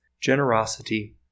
generosity